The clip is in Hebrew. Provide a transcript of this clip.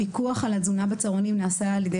הפיקוח על התזונה בצהרונים נעשה על ידי